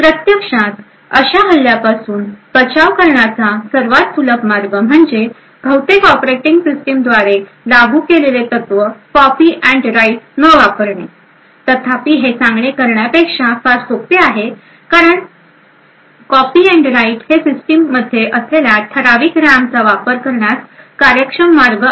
प्रत्यक्षात अशा हल्ल्यापासून बचाव करण्याचा सर्वात सुलभ मार्ग म्हणजे बहुतेक ऑपरेटिंग सिस्टमद्वारे लागू केलेले तत्व कॉपी अँड राईट न वापरणे तथापि हे सांगणे करण्यापेक्षा फार सोपे आहे कारण कॉपी अँड राईट हे सिस्टीममध्ये असलेल्या ठराविक रॅमचा वापर करण्याचा कार्यक्षम मार्ग आहे